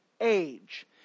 age